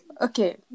okay